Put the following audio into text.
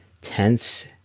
tense